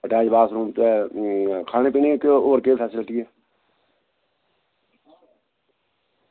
ते गल्ल बात खानै दी होर केह् फेस्लिटी ऐ